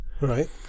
right